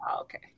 Okay